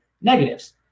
negatives